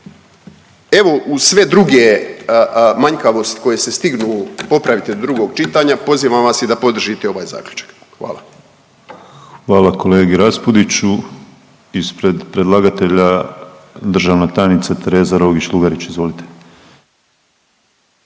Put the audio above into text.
Evo uz sve druge manjkavosti koje se stignu popraviti do drugog čitanja, pozivam vas i da podržite ovaj zaključak. Hvala. **Penava, Ivan (DP)** Hvala kolegi Raspudiću. Ispred predlagatelja državna tajnica Tereza Rogić Lugarić. Izvolite.